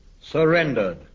surrendered